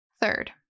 Third